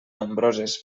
nombroses